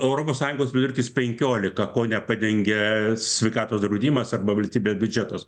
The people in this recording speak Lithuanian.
europos sąjungos vidurkis penkiolika kone padengia sveikatos draudimas arba valstybės biudžetas